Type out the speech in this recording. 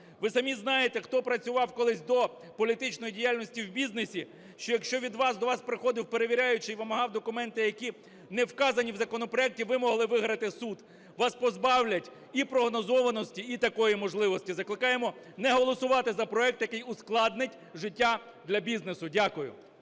Ви самі знаєте, хто працював колись, до політичної діяльності, в бізнесі, що якщо до вас приходив перевіряючий і вимагав документи, які не вказані в законопроекті, ви могли виграти суд. Вас позбавлять і прогнозованості, і такої можливості. Закликаємо не голосувати за проект, який ускладнить життя для бізнесу. Дякую.